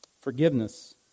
forgiveness